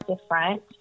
different